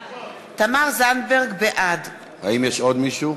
(קוראת בשמות